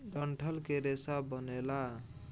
डंठल के रेसा बनेला